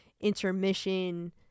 intermission